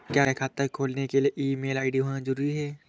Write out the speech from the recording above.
क्या खाता के लिए ईमेल आई.डी होना जरूरी है?